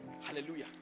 hallelujah